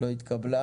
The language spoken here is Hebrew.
לא התקבלה.